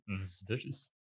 suspicious